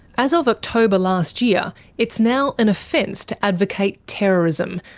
as of october last year, it's now an offence to advocate terrorism,